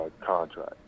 contract